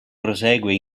prosegue